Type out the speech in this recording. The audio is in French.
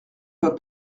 doit